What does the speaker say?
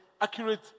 Accurate